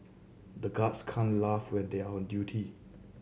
the guards can't laugh when they are on duty